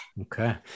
Okay